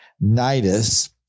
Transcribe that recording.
Nidus